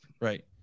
Right